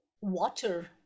water